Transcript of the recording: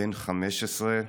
בן 15,